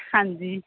ਹਾਂਜੀ